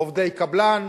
עובדי קבלן,